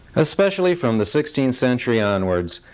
especially from the sixteenth century onwards,